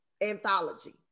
anthology